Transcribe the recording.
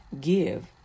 Give